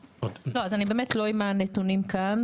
אז אני באמת לא עם הנתונים כאן.